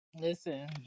listen